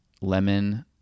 lemon